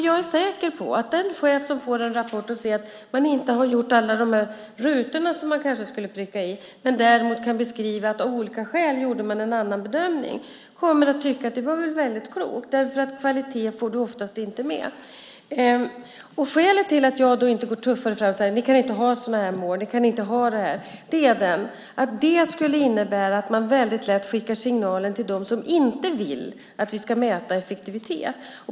Jag är säker på att den chef som får en rapport och ser att man inte har gjort allt det som man skulle pricka i rutorna utan av olika skäl har gjort en annan bedömning kommer att tycka att det var klokt. Kvalitet får man ju annars oftast inte med. Skälet till att jag inte går tuffare fram och kräver att man ska avskaffa målen är att det skulle innebära att man lätt skickar signaler till dem som inte vill att vi ska mäta effektivitet.